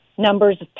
Numbers